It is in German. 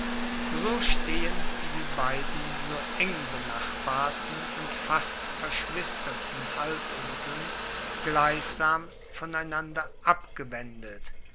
so stehen die beiden so eng benachbarten und fast verschwisterten halbinseln gleichsam voneinander abgewendet